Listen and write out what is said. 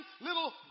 little